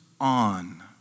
on